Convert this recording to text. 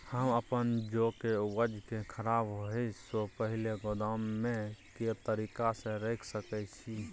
हम अपन जौ के उपज के खराब होय सो पहिले गोदाम में के तरीका से रैख सके छी?